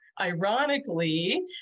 Ironically